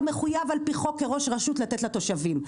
מחויב על פי חוק כראש רשות לתת לתושבים.